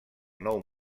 nou